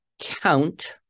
count